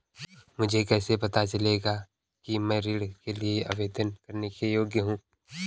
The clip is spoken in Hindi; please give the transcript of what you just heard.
मुझे कैसे पता चलेगा कि मैं ऋण के लिए आवेदन करने के योग्य हूँ?